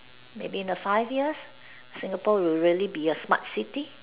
maybe in the five years Singapore will really be a smart city